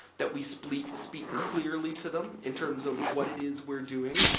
that we speak speak clearly to them in terms of what it is we're doing?